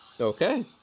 Okay